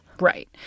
Right